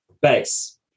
Base